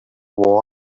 war